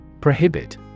Prohibit